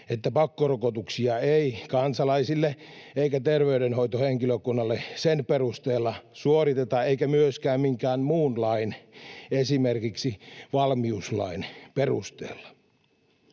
että pakkorokotuksia ei kansalaisille eikä terveydenhoitohenkilökunnalle suoriteta sen perusteella eikä myöskään minkään muunkaan lain, esimerkiksi valmiuslain, perusteella.